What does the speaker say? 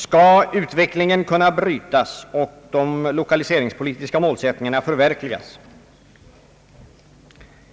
Skall utvecklingen kunna brytas och de lokaliseringspolitiska målsättningarna förverkligas